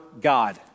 God